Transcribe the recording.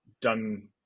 done